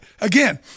again